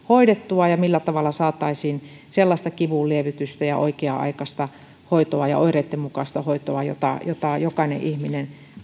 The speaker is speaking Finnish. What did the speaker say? hoidettua ja millä tavalla saataisiin sellaista kivunlievitystä ja oikea aikaista ja oireitten mukaista hoitoa jota jokainen ihminen